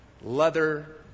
leather